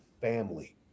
family